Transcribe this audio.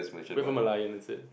wait for Merlion is it